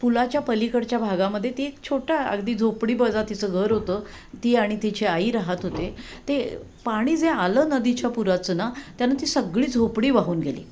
पुलाच्या पलीकडच्या भागामध्ये ती एक छोटा अगदी झोपडीवजा तिचं घर होतं ती आणि तिची आई राहात होते ते पाणी जे आलं नदीच्या पुराचं ना त्यानं ती सगळी झोपडी वाहून गेली